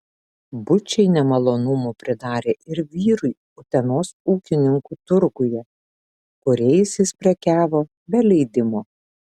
bučiai nemalonumų pridarė ir vyrui utenos ūkininkų turguje kuriais jis prekiavo be leidimo